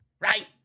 right